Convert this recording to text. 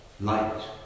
light